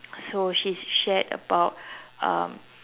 so she's shared about um